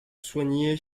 soigner